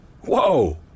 Whoa